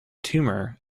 tumor